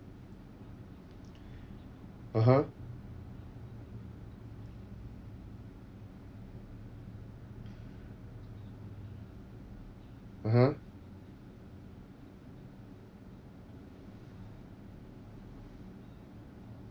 (uh huh) (uh huh)